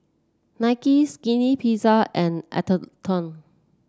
Nike Skinny Pizza and Atherton